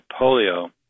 polio